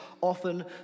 often